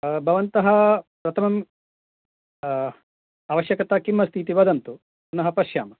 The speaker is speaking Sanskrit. भवन्तः प्रथमम् आवश्यकता किम् अस्ति इति वदन्तु पुनः पश्यामः